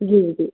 ज्यू ज्यू